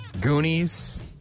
Goonies